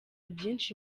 byinshi